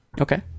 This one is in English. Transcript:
Okay